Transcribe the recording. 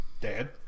Dad